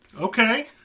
Okay